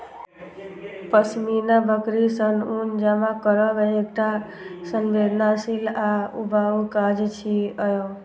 पश्मीना बकरी सं ऊन जमा करब एकटा संवेदनशील आ ऊबाऊ काज छियै